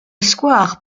square